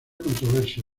controversia